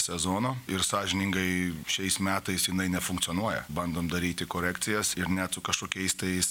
sezono ir sąžiningai šiais metais jinai nefunkcionuoja bandom daryti korekcijas ir net su kažkokiais tais